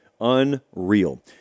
Unreal